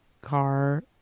car